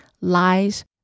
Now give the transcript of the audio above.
lies